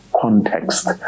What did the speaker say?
context